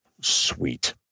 Sweet